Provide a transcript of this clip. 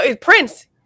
Prince